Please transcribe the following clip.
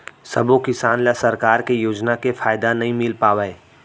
सबो किसान ल सरकार के योजना के फायदा नइ मिल पावय